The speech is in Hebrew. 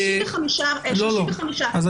35 אחוזים.